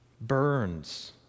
Burns